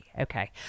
Okay